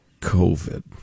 COVID